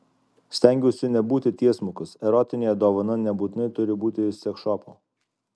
stengiuosi nebūti tiesmukas erotinė dovana nebūtinai turi būti iš seksšopo